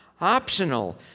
optional